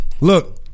Look